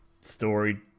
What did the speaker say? story